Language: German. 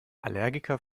allergiker